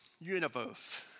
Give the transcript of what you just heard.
universe